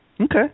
Okay